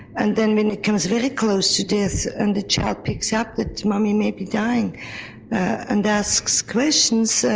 and then when it comes very close to death and the child picks up that mummy maybe dying and asks questions.